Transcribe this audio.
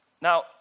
Now